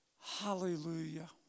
Hallelujah